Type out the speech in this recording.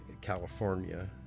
California